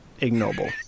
ignoble